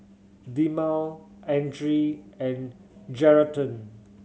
Dilmah Andre and Geraldton